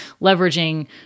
leveraging